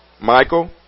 Michael